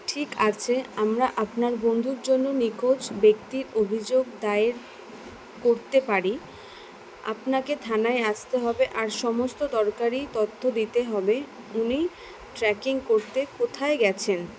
ঠিক আছে আমরা আপনার বন্ধুর জন্য নিখোঁজ ব্যক্তির অভিযোগ দায়ের করতে পারি আপনাকে থানায় আসতে হবে আর সমস্ত দরকারি তথ্য দিতে হবে উনি ট্রেকিং করতে কোথায় গিয়েছেন